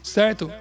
certo